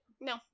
No